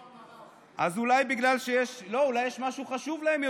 לא, אולי יש להם משהו חשוב יותר,